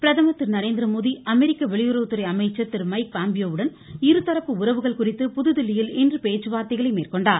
பிரதமர் திரு நரேந்திர மோடி அமெரிக்க வெளியுறவுத்துறை அமைச்சர் திரு மைக் பாம்பியோவுடன் இருதரப்பு உறவுகள் குறித்து புதுதில்லியில் இன்று பேச்சுவார்த்தைகளை மேற்கொண்டார்